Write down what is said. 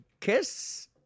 kiss